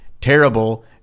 terrible